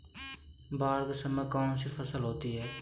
बाढ़ के समय में कौन सी फसल होती है?